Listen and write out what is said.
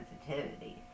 sensitivity